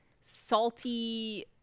salty